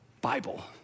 Bible